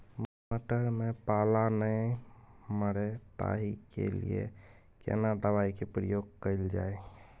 मटर में पाला नैय मरे ताहि के लिए केना दवाई के प्रयोग कैल जाए?